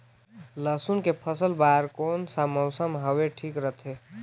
लसुन के फसल बार कोन सा मौसम हवे ठीक रथे?